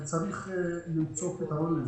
וצריך למצוא לזה פתרון.